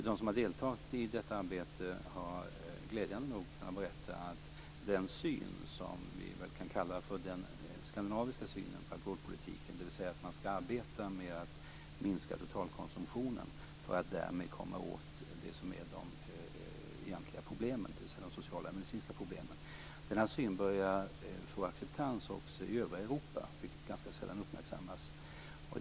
De som har deltagit i detta arbete har glädjande nog den syn som vi kan kalla för den skandinaviska synen på alkoholpolitiken, dvs. att man skall arbeta med att minska totalkonsumtionen för att därmed komma åt det som är de egentliga problemen, nämligen de sociala och medicinska problemen, börjar få acceptans också i övriga Europa, vilket ganska sällan uppmärksammas.